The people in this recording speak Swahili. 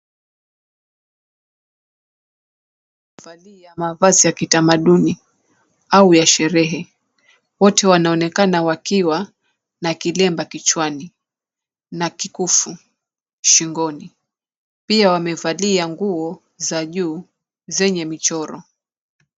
Wamevalia mavazi ya kitamaduni au ya sherehe. Wote wanaonekana wakiwa na kilemba kichwani, na kikufu shingoni. Pia wamevalia nguo za juu zenye michoro.